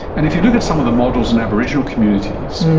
and if you look at some of the models in aboriginal communities,